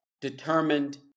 determined